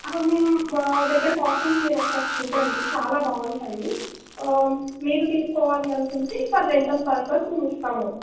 మేము మా దగ్గర కాస్ట్యూమ్స్ మీరు ఒకసారి చూడండి చాలా బాగుంటాయి మీరు తీసుకోవాలి అనుకుంటే ఫర్ రెంటల్ పర్పస్ మేము ఇస్తాము